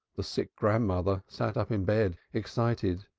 the sick grandmother sat up in bed excited.